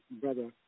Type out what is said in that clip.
brother